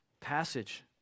passage